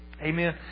Amen